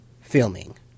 filming